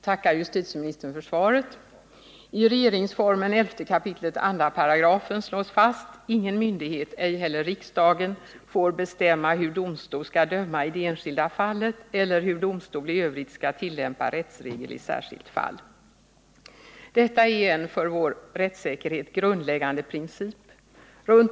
Herr talman! Jag tackar justitieministern för svaret. ”Ingen myndighet, ej heller riksdagen, får bestämma hur domstol skall döma i det enskilda fallet eller hur domstol i övrigt skall tillämpa rättsregel i särskilt fall”. Detta är en för vår rättssäkerhet grundläggande princip.